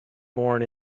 born